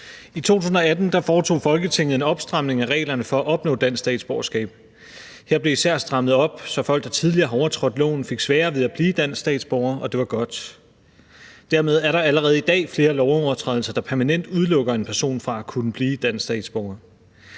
I 2018 foretog Folketinget en opstramning af reglerne for at opnå dansk statsborgerskab. Her blev især strammet op, så folk, der tidligere har overtrådt loven, fik sværere ved at blive danske statsborgere – og det var godt. Dermed er der allerede i dag flere lovovertrædelser, der permanent udelukker en person fra at kunne blive dansk statsborger.